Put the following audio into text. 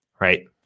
right